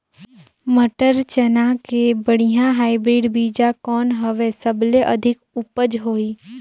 मटर, चना के बढ़िया हाईब्रिड बीजा कौन हवय? सबले अधिक उपज होही?